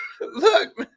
look